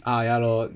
ah ya lor